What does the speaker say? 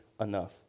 enough